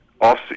Off